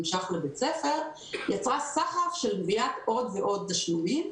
ש"ח לבית ספר יצרה סחף של גביית עוד ועוד תשלומים.